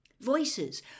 Voices